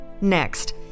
Next